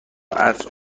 عصر